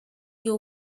you